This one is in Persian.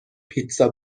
پیتزا